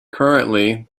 currently